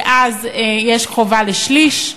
שאז יש חובה לשליש,